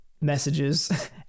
messages